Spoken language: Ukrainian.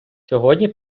сьогодні